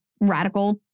radical